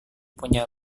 punya